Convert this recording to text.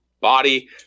body